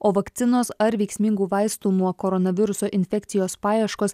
o vakcinos ar veiksmingų vaistų nuo koronaviruso infekcijos paieškos